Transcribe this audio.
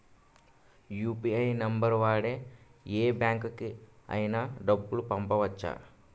UPI number వాడి యే బ్యాంకుకి అయినా డబ్బులు పంపవచ్చ్చా?